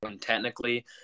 technically